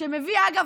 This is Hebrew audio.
שאגב,